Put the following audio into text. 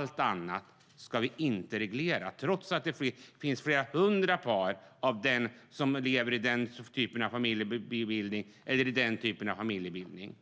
Inget annat ska regleras, trots att det finns flera hundra par som lever i antingen den ena eller den andra typen av familj.